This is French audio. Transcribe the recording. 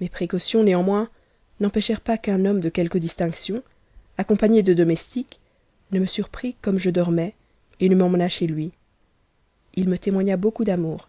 mes précaulions néanmoins n'empêchèrent pas qu'un homme de quelque distinction compagn de domestiques ne me surprit comme je dormais et ne emmena chez lui il me témoigna beaucoup d'amour